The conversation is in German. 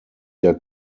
der